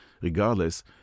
regardless